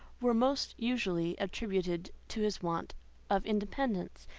were most usually attributed to his want of independence,